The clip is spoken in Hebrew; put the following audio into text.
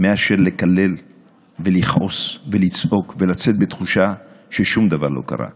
מאשר לקלל ולכעוס ולצעוק ולצאת בתחושה ששום דבר לא קרה.